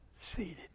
Seated